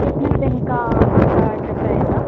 कितने दिन का आपका ट्रिप रहेगा